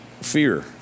fear